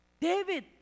David